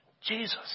Jesus